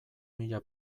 mila